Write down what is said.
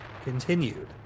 continued